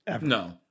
No